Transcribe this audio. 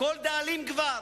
כל דאלים גבר,